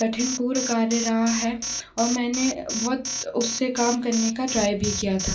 कठिन पूर्ण कार्य रहा है और मैंने बहुत उससे काम करने का ट्राई भी किया था